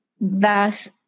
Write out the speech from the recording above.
thus